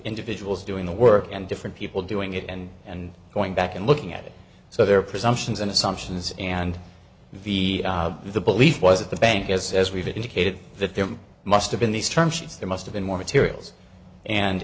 individuals doing the work and different people doing it and and going back and looking at it so they're presumptions and assumptions and v the belief was at the bank as as we've indicated that there must have been these terms she's there must have been more materials and